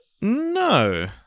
No